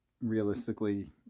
realistically